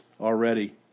already